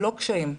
ולא קשיים.